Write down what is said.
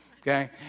Okay